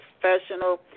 professional